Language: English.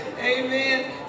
Amen